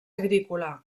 agrícola